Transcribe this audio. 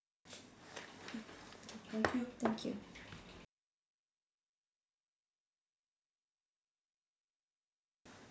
thank you